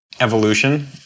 evolution